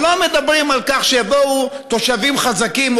אנחנו לא מדברים על כך שיבואו תושבים חזקים,